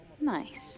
nice